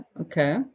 Okay